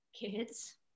kids